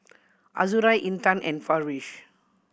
Azura Intan and Farish